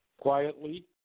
quietly